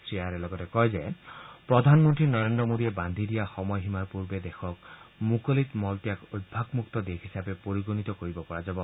শ্ৰীআয়াৰে লগতে কয় যে প্ৰধানমন্ত্ৰী নৰেন্দ্ৰ মোডীয়ে বাদ্ধি দিয়া সময়সীমাৰ পূৰ্বে দেশক মুকলিত মল ত্যাগমুক্ত দেশ হিচাপে পৰিগণিত কৰিব পৰা যাব